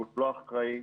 הוא לא אחראי,